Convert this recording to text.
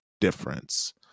difference